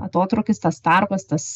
atotrūkis tas tarpas tas